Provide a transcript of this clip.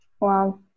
Wow